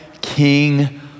king